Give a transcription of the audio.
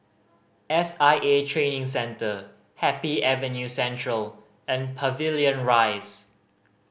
S I A Training Centre Happy Avenue Central and Pavilion Rise